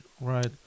right